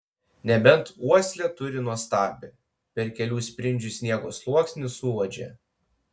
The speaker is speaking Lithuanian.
nebent uoslę turi nuostabią per kelių sprindžių sniego sluoksnį suuodžia